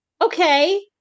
okay